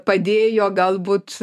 padėjo galbūt